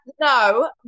no